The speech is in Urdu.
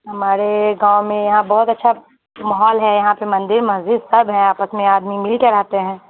ہمارے گاؤں میں یہاں بہت اچھا ماحول ہے یہاں پہ مندر مسجد سب ہے آپس میں آدمی مل کے رہتے ہیں